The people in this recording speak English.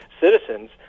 citizens